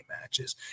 matches